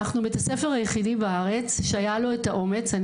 אנחנו בית הספר היחידי בארץ שהיה לו את האומץ,